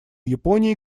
японии